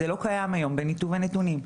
זה לא קיים היום במיטוב הנתונים.